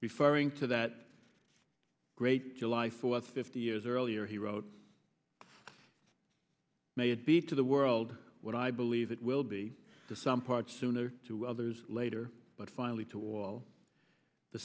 referring to that great july fourth fifty years earlier he wrote may it be to the world what i believe it will be to some parts sooner to others later but finally to wall the